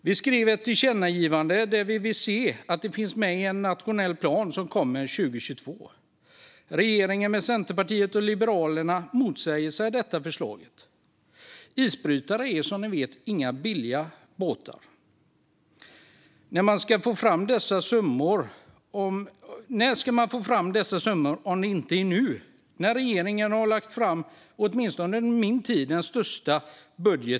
Vi föreslog ett tillkännagivande om att de ska finnas med i en nationell plan som kommer 2022. Regeringen tillsammans med Centerpartiet och Liberalerna motsätter sig detta förslag. Isbrytare är som ni vet inga billiga båtar. När ska man få fram dessa summor om inte nu när regeringen har lagt fram den största budgeten under åtminstone min tid?